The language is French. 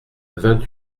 vingt